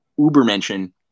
uber-mention